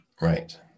Right